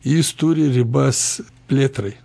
jis turi ribas plėtrai